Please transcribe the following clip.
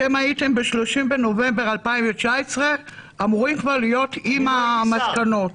ב-30 בנובמבר 2019 אתם הייתם אמורים כבר להיות עם המסקנות.